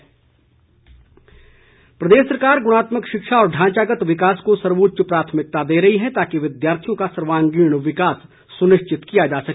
विक्रम ठाकुर प्रदेश सरकार गुणात्मक शिक्षा और ढांचागत विकास को सर्वोच्च प्राथमिकता दे रही है ताकि विद्यार्थियों का सर्वांगीण विकास सुनिश्चित किया जा सके